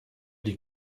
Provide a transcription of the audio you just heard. die